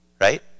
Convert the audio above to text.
right